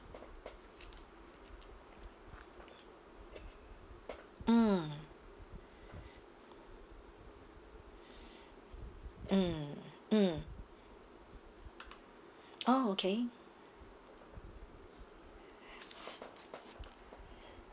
mm mm mm oh okay !whoa!